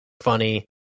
Funny